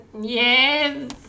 Yes